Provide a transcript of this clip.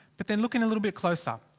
but then looking a little bit closer.